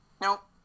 Nope